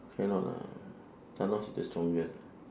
cannot lah thanos is the strongest